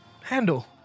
handle